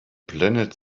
planet